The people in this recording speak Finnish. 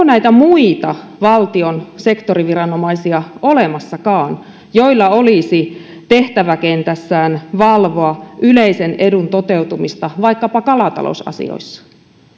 näitä muita valtion sektoriviranomaisia olemassakaan joilla olisi tehtäväkentässään valvoa yleisen edun toteutumista vaikkapa kalatalousasioissa